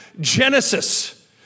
Genesis